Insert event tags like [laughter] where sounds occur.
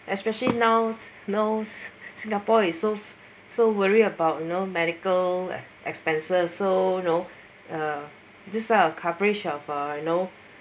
especially now knows singapore is so [breath] so worry about you know medical expenses so you know uh this kind of coverage of uh you know